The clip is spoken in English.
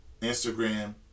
Instagram